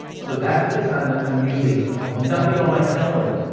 so that's the time that i'm usually, have nothing on my calendar.